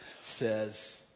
says